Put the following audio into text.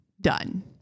done